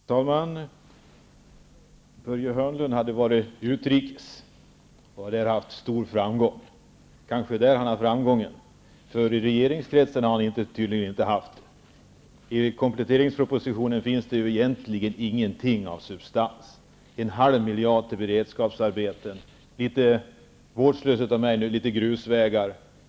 Herr talman! Börje Hörnlund hade varit utrikes och där haft stor framgång. Det är kanske där han har framgången -- i regeringskretsen har han tydligen inte haft någon. I kompletteringspropositionen finns det egentligen ingenting av substans: en halv miljard till beredskapsarbeten; litet grusvägar, för att uttrycka det något vårdslöst.